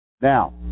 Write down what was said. Now